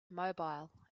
immobile